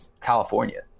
California